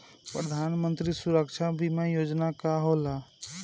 प्रधानमंत्री सुरक्षा बीमा योजना का होला?